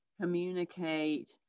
communicate